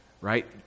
Right